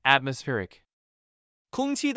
Atmospheric